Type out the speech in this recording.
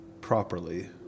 properly